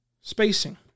spacing